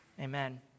Amen